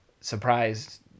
surprised